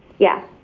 yeah.